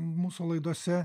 mūsų laidose